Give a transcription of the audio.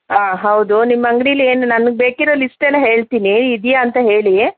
ಹಾಂ ಹೌದು ನಿಮ್ಮ ಅಂಗಡಿಯಲ್ಲಿ ಏನು ನನಗೆ ಬೇಕಾಗಿರೋ ಲಿಸ್ಟ್ ಎಲ್ಲ ಹೇಳ್ತೀನಿ ಇದೆಯಾ ಅಂತ ಹೇಳಿ